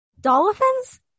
Dolphins